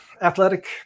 athletic